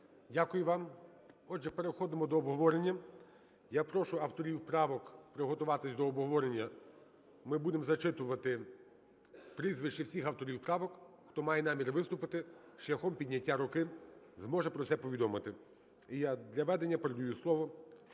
Дякую вам. Отже, переходимо до обговорення. Я прошу авторів правок приготуватися до обговорення. Ми будемо зачитувати прізвища всіх авторів правок. Хто має намір виступити, шляхом підняття руки зможе про це повідомити. І я для ведення передаю слово